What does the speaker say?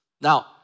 Now